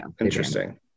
Interesting